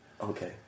Okay